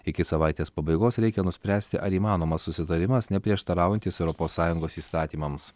iki savaitės pabaigos reikia nuspręsti ar įmanomas susitarimas neprieštaraujantis europos sąjungos įstatymams